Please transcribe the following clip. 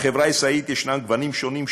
בחברה הישראלית יש גוונים שונים,